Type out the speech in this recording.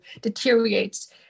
deteriorates